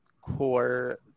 core